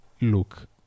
look